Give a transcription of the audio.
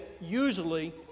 usually